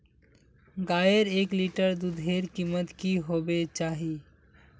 गायेर एक लीटर दूधेर कीमत की होबे चही?